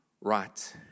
right